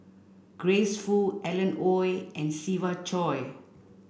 Grace Fu Alan Oei and Siva Choy